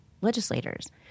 legislators